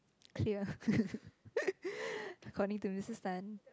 clear according to Missus Tan